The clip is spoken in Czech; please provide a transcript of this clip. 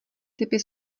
typy